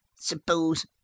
Suppose